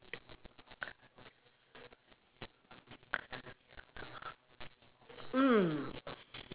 mm